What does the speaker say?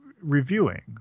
reviewing